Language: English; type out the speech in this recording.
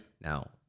Now